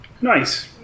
Nice